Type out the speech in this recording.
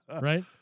right